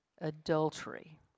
adultery